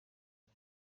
nka